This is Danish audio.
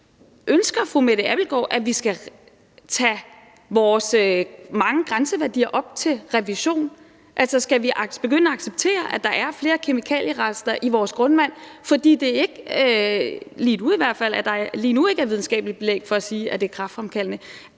Abildgaard, at vi skal tage vores mange grænseværdier op til revision? Altså, skal vi begynde at acceptere, at der er flere kemikalierester i vores grundvand, fordi der i hvert fald ikke lige nu er videnskabeligt belæg for at sige, at de er kræftfremkaldende?